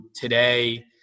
Today